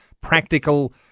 practical